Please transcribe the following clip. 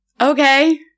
Okay